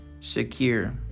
secure